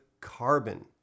carbon